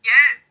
Yes